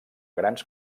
grans